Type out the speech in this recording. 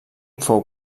fou